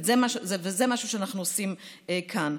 זה משהו שאנחנו עושים כאן.